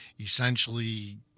essentially